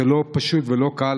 זה לא פשוט ולא קל.